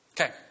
Okay